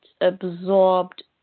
absorbed